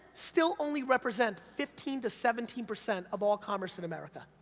still only represent fifteen to seventeen percent of all commerce in america.